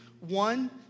One